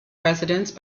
residence